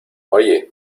oye